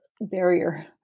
barrier